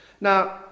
Now